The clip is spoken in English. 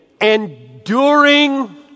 enduring